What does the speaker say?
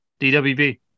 DWB